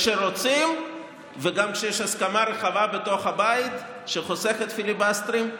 כשרוצים וגם כשיש הסכמה רחבה בתוך הבית שחוסכת פיליבסטרים,